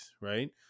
right